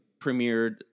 premiered